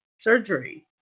surgery